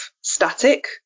static